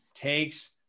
takes